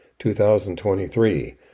2023